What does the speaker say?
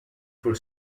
for